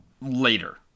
later